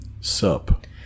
Sup